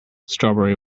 strawberry